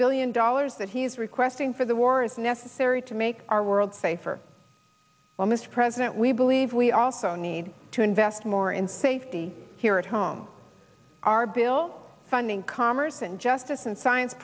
billion dollars that he's requesting for the war is necessary to make our world safer well mr president we believe we also need to invest more in safety here at home our bill funding commerce and justice and science